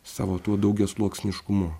savo tuo daugiasluoksniškumu